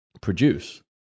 produce